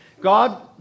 God